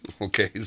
Okay